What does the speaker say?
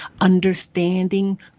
understanding